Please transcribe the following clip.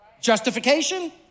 Justification